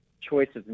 choices